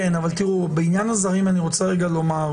כן, אבל תראו, בעניין הזרים אני רוצה לומר: